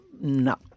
no